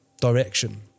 direction